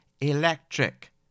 electric